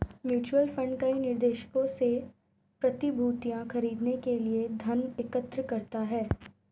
mutual fund कई निवेशकों से प्रतिभूतियां खरीदने के लिए धन एकत्र करता है